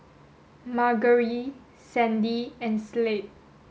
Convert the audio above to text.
Margery Sandi and Slade